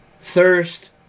thirst